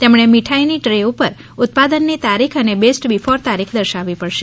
તેમણે મીઠાઇની ટ્રે ઉપર ઉત્પાદનની તારીખ અને બેસ્ટ બિફોર તારીખ દર્શાવવી પડશે